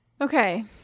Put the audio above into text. Okay